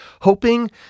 hoping